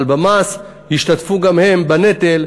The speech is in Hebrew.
אבל במס ישתתפו גם הם בנטל.